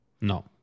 No